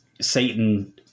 Satan